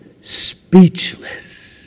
speechless